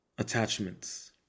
Attachments